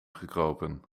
gekropen